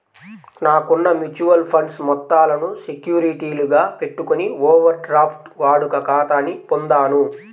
నాకున్న mutual funds మొత్తాలను సెక్యూరిటీలుగా పెట్టుకొని ఓవర్ డ్రాఫ్ట్ వాడుక ఖాతాని పొందాను